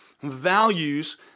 values